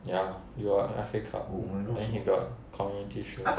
ya he got F_A cup then he got